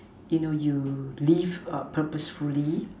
you know you live err purposefully